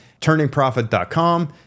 turningprofit.com